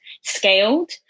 scaled